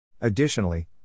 Additionally